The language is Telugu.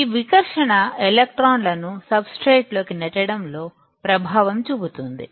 ఈ వికర్షణ ఎలక్ట్రాన్ల ను సబ్ స్ట్రేట్ లోకి నెట్టడంలో ప్రభావం చూపుతుంది